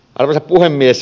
arvoisa puhemies